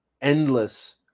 endless